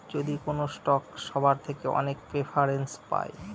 যদি কোনো স্টক সবার থেকে অনেক প্রেফারেন্স পায়